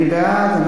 מי בעד?